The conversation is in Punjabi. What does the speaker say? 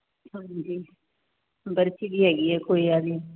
ਹਾਂਜੀ ਬਰਫੀ ਵੀ ਹੈਗੀ ਹੈ ਖੋਏ ਵਾਲੀ